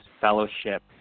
fellowship